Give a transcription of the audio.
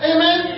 Amen